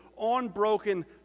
unbroken